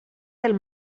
del